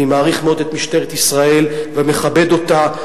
אני מעריך מאוד את משטרת ישראל ומכבד אותה,